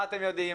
מה אתם יודעים,